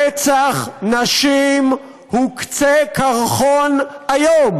רצח נשים הוא קצה קרחון איום,